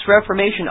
Reformation